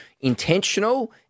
intentional –